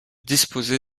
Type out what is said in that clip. disposée